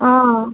ஆ